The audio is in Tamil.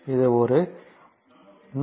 இது ஒரு 166